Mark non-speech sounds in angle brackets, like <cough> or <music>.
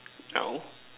<noise> now